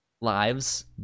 lives